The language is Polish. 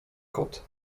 kot